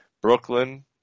Brooklyn